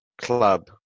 club